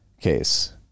case